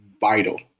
vital